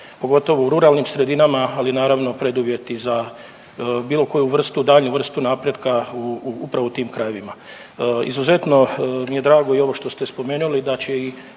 pogotovo u ruralnim sredinama, ali naravno i preduvjet i za bilo koju vrstu, daljnju vrstu napretka upravo u tim krajevima. Izuzetno mi je drago i ovo što ste spomenuli da će i